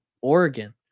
Oregon